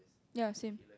ya same